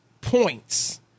points